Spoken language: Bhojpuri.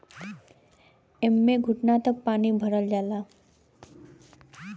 एम्मे घुटना तक पानी भरल जाला